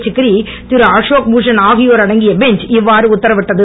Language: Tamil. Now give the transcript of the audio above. சிக்ரி திருஅஷோக்பூஷன் ஆகியோர் அடங்கிய பெஞ்ச இவ்வாறு உத்தரவிட்டது